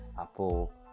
Apple